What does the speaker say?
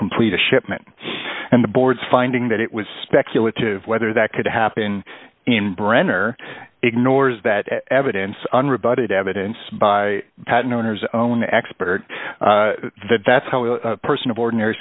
complete a shipment and the board's finding that it was speculative whether that could happen in brenner ignores that evidence unrebutted evidence by the patent owner's own expert that that's how a person of ordinary